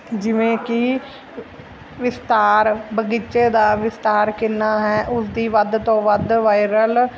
ਜਿਵੇਂ ਕਿ ਵਿਸਤਾਰ ਬਗੀਚੇ ਦਾ ਵਿਸਤਾਰ ਕਿੰਨਾ ਹੈ ਉਸਦੀ ਵੱਧ ਤੋਂ ਵੱਧ ਵਾਇਰਲ